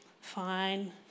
Fine